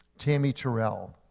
tammy terrell.